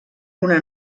una